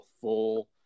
full –